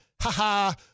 ha-ha